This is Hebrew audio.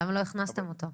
למה לא הכנסתם אותו?